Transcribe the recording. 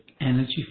energy